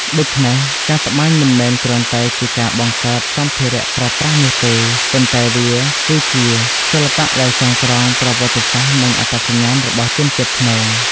ដូច្នេះ ការត្បាញមិនមែនគ្រាន់តែជាការបង្កើតសម្ភារៈប្រើប្រាស់នោះទេ ប៉ុន្តែវាគឺជាសិល្បៈដែលចងក្រងប្រវត្តិសាស្ត្រនិងអត្តសញ្ញាណរបស់ជនជាតិព្នង។